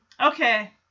okay